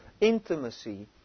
intimacy